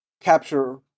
capture